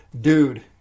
dude